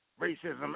Racism